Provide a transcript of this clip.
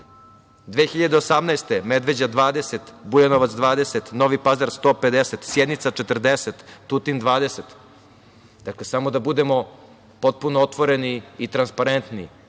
2018, Medveđa 20, Bujanovac 20, Novi Pazar 150, Sjenica 40, Tutin 20. Dakle, samo da budemo potpuno otvoreni i transparentni,